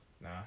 nah